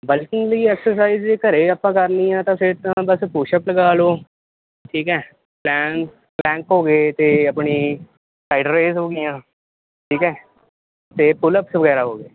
working ਲਈ exercise ਜੇ ਘਰ ਆਪਾਂ ਕਰਨੀ ਆ ਤਾਂ ਫਿਰ ਬਸ ਪੁਸ਼ ਅਪ ਲਗਾ ਲਓ ਠੀਕ ਹੈ ਪਲੈਨਕ ਪਲੈਨਕ ਹੋ ਗਏ ਅਤੇ ਆਪਣੀ ਸਾਈਡ ਰੇਜ਼ ਹੋ ਗਈਆਂ ਠੀਕ ਹੈ ਅਤੇ ਪੁਲ ਅਪਸ ਵਗੈਰਾ ਹੋਗੇ